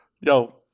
yo